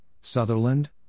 Sutherland